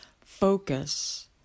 focus